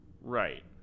Right